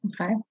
Okay